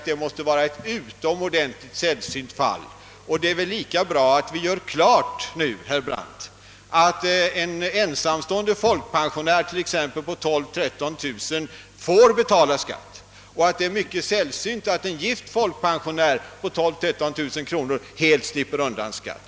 Det måste vara ett utomordentligt sällsynt fall, och det är väl lika bra att vi gör klart nu, herr Brandt, att en ensamstående folkpensionär med 12 000—13 000 kronors inkomst får betala skatt och att det är mycket sällsynt att en gift folkpensionär med lika stor inkomst helt slipper skatt.